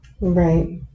Right